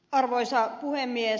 arvoisa puhemies